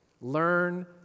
learn